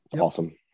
awesome